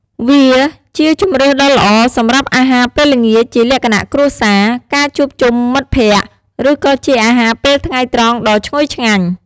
វាជាជម្រើសដ៏ល្អសម្រាប់អាហារពេលល្ងាចជាលក្ខណៈគ្រួសារ ការជួបជុំមិត្តភក្តិ ឬក៏ជាអាហារពេលថ្ងៃត្រង់ដ៏ឈ្ងុយឆ្ងាញ់។